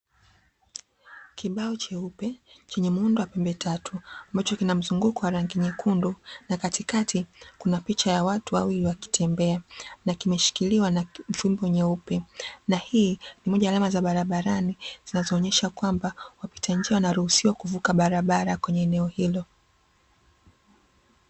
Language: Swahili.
Kibao cheupe chenye muundo wa pembe tatu, ambacho kinamzunguko wa rangi nyekundu na katikati kuna picha ya watu wawili, wakitembea na kimeshikiliwa na fimbo nyeupe na hii ni moja ya alama za barabrani zinazoonyesha kwamba wapita njia wanaruhusiwa kuvuka barabara kwenye eneo hilo.